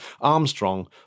Armstrong